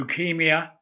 leukemia